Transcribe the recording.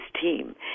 team